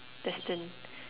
destined